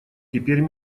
теперь